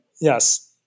Yes